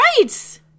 Right